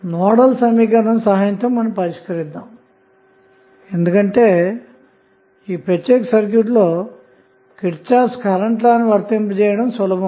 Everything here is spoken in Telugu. నోడల్ సమీకరణం సహాయంతో పరిష్కరిద్దాము ఎందుకంటే ఈ ప్రత్యేక సర్క్యూట్లో కిర్చోఫ్ కరెంట్ లాను వర్తింపజేయడం సులభం